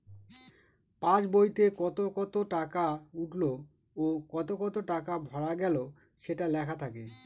pass বইতে কত কত টাকা উঠলো ও কত কত টাকা ভরা গেলো সেটা লেখা থাকে